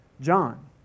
John